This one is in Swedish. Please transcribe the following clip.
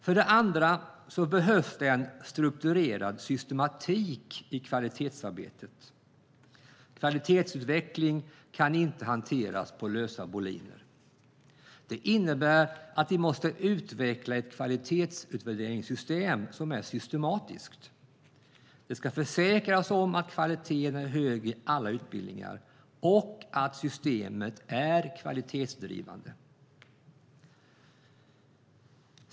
För det andra behövs det en strukturerad systematik i kvalitetsarbetet. Kvalitetsutveckling kan inte hanteras på lösa boliner. Detta innebär att vi måste vi utveckla ett kvalitetsutvärderingssystem som är systematiskt. Det ska försäkra oss om att kvaliteten är hög i alla utbildningar och att systemet är kvalitetsdrivande.